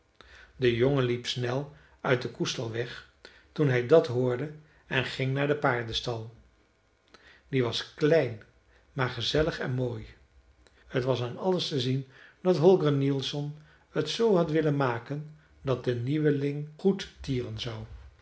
de jongen liep snel uit den koestal weg toen hij dat hoorde en ging naar den paardenstal die was klein maar gezellig en mooi t was aan alles te zien dat holger nielsson het zoo had willen maken dat de nieuweling goed